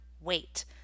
wait